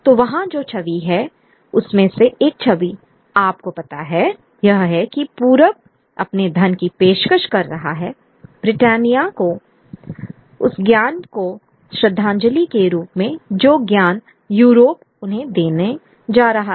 तो वहां जो छवि है उसमें से एक छवि आपको पता है यह है कि पूरब अपने धन की पेशकश कर रहा है ब्रिटानिया को उस ज्ञान को श्रद्धांजलि के रूप में जो ज्ञान यूरोप उन्हें देने जा रहा है